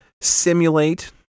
simulate